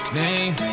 name